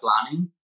planning